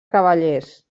cavallers